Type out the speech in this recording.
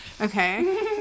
Okay